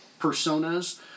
personas